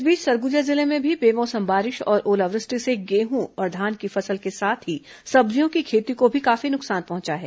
इस बीच सरगुजा जिले में भी बेमौसम बारिश और ओलावृष्टि से गेहूं और धान की फसल के साथ ही सब्जियों की खेती को भी काफी नुकसान पहुंचा है